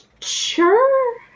Sure